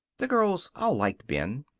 the girls all liked ben.